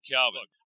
Calvin